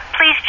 please